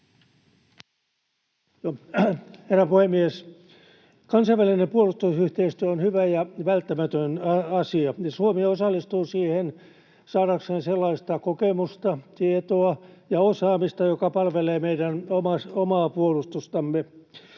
Kansainvälinen puolustusyhteistyö on hyvä ja välttämätön asia, ja Suomi osallistuu siihen saadakseen sellaista kokemusta, tietoa ja osaamista, joka palvelee meidän omaa puolustustamme.